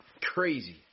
crazy